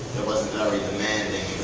it wasn't very demanding,